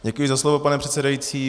Děkuji za slovo, pane předsedající.